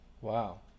wow